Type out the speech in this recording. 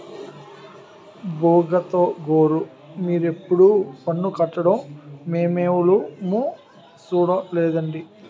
బుగతగోరూ మీరెప్పుడూ పన్ను కట్టడం మేమెవులుమూ సూడలేదండి